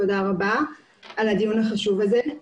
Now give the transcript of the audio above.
תודה רבה על הדיון החשוב הזה.